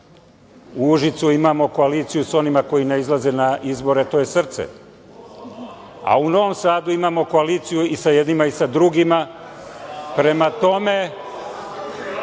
U Užicu imamo koaliciju sa onima koji ne izlaze na izbore, a to je SRCE, a u Novom Sadu imamo koaliciju i sa jednima i sa drugima, a i